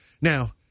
now